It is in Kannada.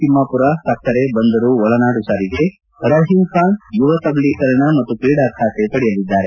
ತಿಮ್ನಾಪುರ ಸಕ್ಕರೆ ಬಂದರು ಒಳನಾಡು ಸಾರಿಗೆ ರಹೀಂ ಖಾನ್ ಯುವ ಸಬಲೀಕರಣ ಮತ್ತು ಕ್ರೀಡಾಖಾತೆ ಪಡೆಯಲಿದ್ದಾರೆ